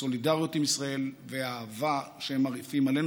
הסולידריות עם ישראל והאהבה שהם מרעיפים עלינו